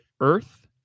Earth